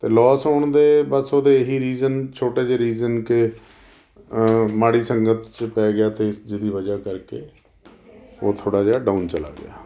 ਅਤੇ ਲੋਸ ਹੋਣ ਦੇ ਬਸ ਉਹਦੇ ਇਹੀ ਰੀਜ਼ਨ ਛੋਟੇ ਜਿਹੇ ਰੀਜ਼ਨ ਕਿ ਮਾੜੀ ਸੰਗਤ 'ਚ ਪੈ ਗਿਆ ਅਤੇ ਜਿਹਦੀ ਵਜ੍ਹਾ ਕਰਕੇ ਉਹ ਥੋੜ੍ਹਾ ਜਿਹਾ ਡਾਊਨ ਚਲਾ ਗਿਆ